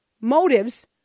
motives